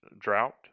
drought